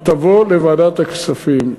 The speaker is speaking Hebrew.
היא תבוא לוועדת הכספים,